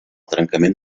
trencament